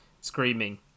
screaming